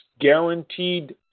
guaranteed